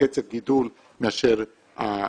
בקצב גידול, מאשר הכבישים.